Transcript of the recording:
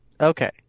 Okay